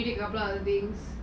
I don't know